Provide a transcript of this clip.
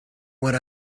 what